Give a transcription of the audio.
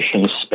space